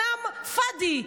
כלאם פאדי.